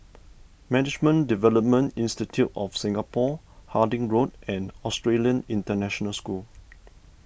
Management Development Institute of Singapore Harding Road and Australian International School